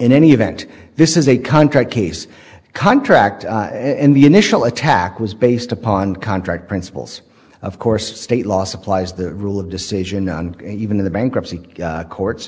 in any event this is a contract case contract and the initial attack was based upon contract principles of course state law supplies the rule of decision and even in the bankruptcy courts